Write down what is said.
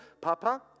Papa